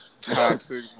Toxic